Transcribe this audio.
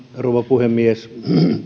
rouva puhemies